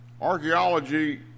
archaeology